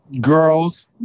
girls